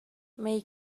mei